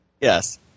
Yes